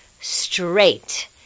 straight